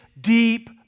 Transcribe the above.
deep